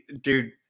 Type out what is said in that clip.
Dude